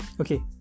Okay